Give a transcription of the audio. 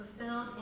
fulfilled